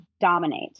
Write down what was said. dominate